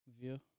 View